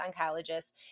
oncologist